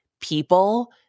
people